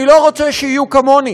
אני לא רוצה שיהיו כמוני.